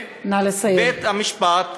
נא לסיים.